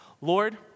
Lord